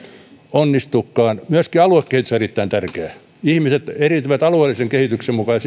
onnistukaan myöskin aluekehitys on erittäin tärkeää ihmiset eriytyvät alueellisen kehityksen mukaan